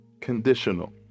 conditional